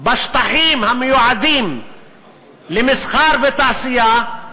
בשטחים המיועדים למסחר ולתעשייה,